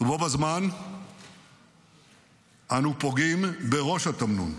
רוב הזמן אנו פוגעים בראש התמנון.